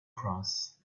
cross